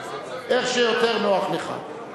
איך שיותר נוח לך.